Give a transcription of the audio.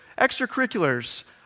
extracurriculars